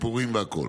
סיפורים והכול.